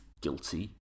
guilty